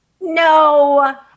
No